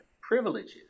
privileges